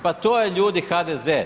Pa to je ljudi, HDZ.